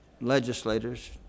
legislators